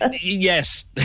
Yes